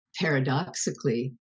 paradoxically